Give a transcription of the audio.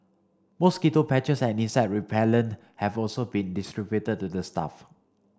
mosquito patches and insect repellent have also been distributed to the staff